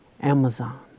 Amazon